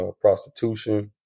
Prostitution